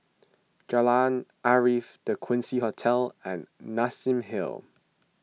Jalan Arif the Quincy Hotel and Nassim Hill